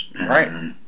Right